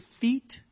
feet